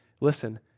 Listen